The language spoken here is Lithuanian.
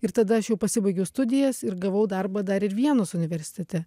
ir tada aš jau pasibaigiau studijas ir gavau darbą dar ir vienos universitete